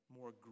more